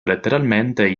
letteralmente